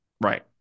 right